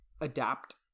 adapt